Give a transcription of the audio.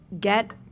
get